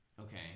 okay